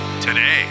today